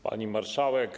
Pani Marszałek!